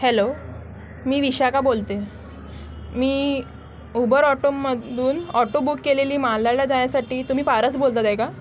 hello मी विशाका बोलते मी उबर ऑटोमधून ऑटो बुक केलेली मालाडला जाण्यासाटी तुम्ही पारस बोलत आहे का